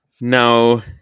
Now